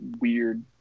weird